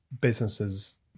businesses